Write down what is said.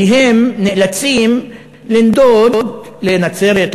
כי הם נאלצים לנדוד לנצרת,